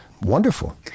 wonderful